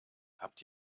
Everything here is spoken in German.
habt